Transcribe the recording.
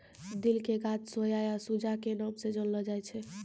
दिल के गाछ सोया या सूजा के नाम स जानलो जाय छै